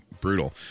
brutal